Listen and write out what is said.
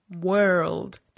world